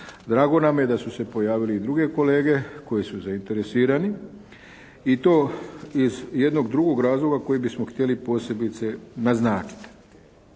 Drago nam je da su se pojavile i druge kolege koje su zainteresirani i to iz jednog drugo razloga koji bismo htjeli posebice naznačiti.